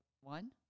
One